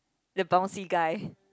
the bouncy guy